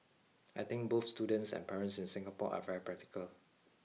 I think both students and parents in Singapore are very practical